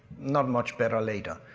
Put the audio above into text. not much better later.